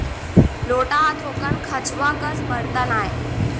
लोटा ह थोकन खंचवा कस बरतन आय